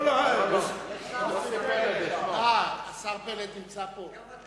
השר פלד נמצא פה.